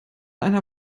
einer